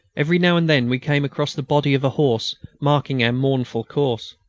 every now and then we came across the body of a horse, marking our mournful course.